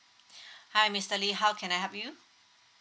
hi mister lee how can I help you